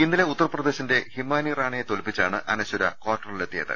ഇന്നലെ ഉത്തർപ്രദേശിന്റെ ഹിമാനി റാണയെ തോൽപിച്ചാണ് അനശ്വര കാർട്ടറിലെത്തിയത്